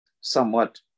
somewhat